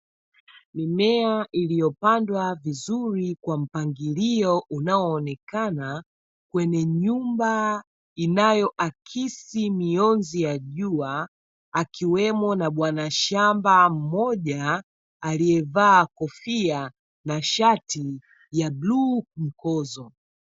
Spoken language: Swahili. Mimea iliyopandwa vizuri kwa mpangilio unaoonekana, kwenye nyumba inayoakisi mionzi ya jua, akiwemo na bwana shamba mmoja aliyevaa kofia na shati ya bluu mkozo.